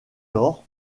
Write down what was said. l’or